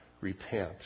repent